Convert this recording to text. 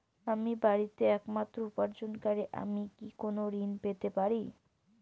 আমি বাড়িতে একমাত্র উপার্জনকারী আমি কি কোনো ঋণ পেতে পারি?